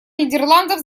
нидерландов